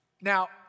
Now